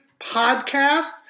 Podcast